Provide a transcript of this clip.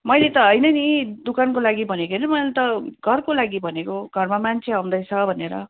मैले त होइन नि दोकानको लागि भनेको होइन मैले त घरको लागि भनेको घरमा मान्छे आउँदैछ भनेर